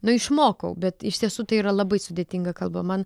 nu išmokau bet iš tiesų tai yra labai sudėtinga kalba man